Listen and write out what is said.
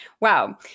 wow